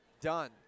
done